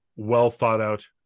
well-thought-out